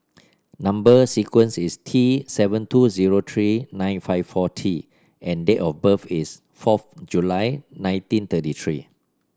number sequence is T seven two zero three nine five four T and date of birth is fourth July nineteen thirty three